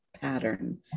pattern